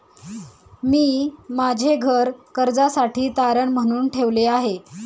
मी माझे घर कर्जासाठी तारण म्हणून ठेवले आहे